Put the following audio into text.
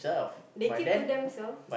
they keep to themselves